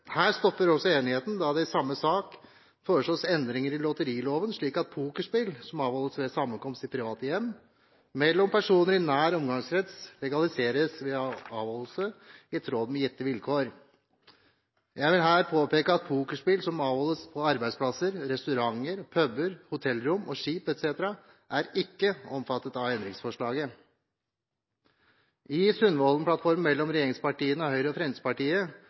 her stopper også enigheten, da det i samme sak foreslås endringer i lotteriloven slik at pokerspill som avholdes ved sammenkomst i private hjem mellom personer i nær omgangskrets, legaliseres ved avholdelse i tråd med gitte vilkår. Jeg vil her påpeke at pokerspill som avholdes på arbeidsplasser, restauranter, puber, hotellrom, skip etc., ikke er omfattet av endringsforslaget. I Sundvolden-plattformen mellom regjeringspartiene – Høyre og Fremskrittspartiet